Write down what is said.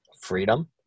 freedom